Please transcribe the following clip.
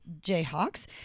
Jayhawks